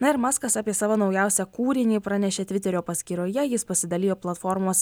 na ir maskas apie savo naujausią kūrinį pranešė tviterio paskyroje jis pasidalijo platformos